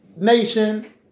nation